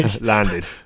Landed